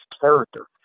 character